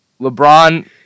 LeBron